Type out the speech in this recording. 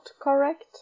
correct